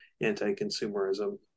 anti-consumerism